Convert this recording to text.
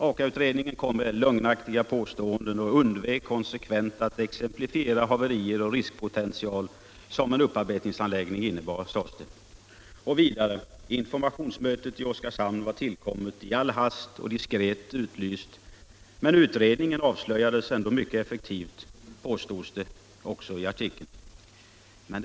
Aka-utredningen kom med lögnaktiga påståenden och undvek konsekvent att exemplifiera haverier och riskpotential som en upparbetningsanläggning innebar, sades det. Vidare: Informationsmötet i Oskarshamn var tillkommet i all hast och diskret utlyst, men utredningen avslöjades mycket effektivt, påstods det också i artikeln.